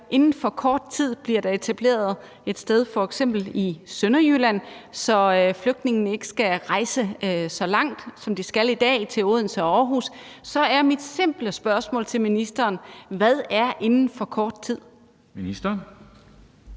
inden for kort tid bliver etableret et sted i f.eks. Sønderjylland, så flygtningene ikke skal rejse så langt, som de skal i dag, altså til Odense og Aarhus, så er mit simple spørgsmål til ministeren: Hvad er inden for kort tid? Kl.